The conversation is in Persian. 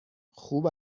خوب